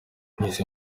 nahise